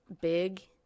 big